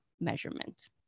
measurement